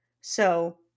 So-